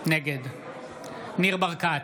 נגד ניר ברקת,